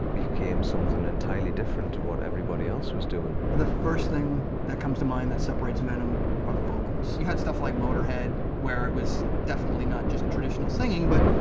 became something entirely different to what everybody else was doing. albert the first thing that comes to mind that separates venom are the vocals. you had stuff like motorhead where it was definitely not just traditional singing, but.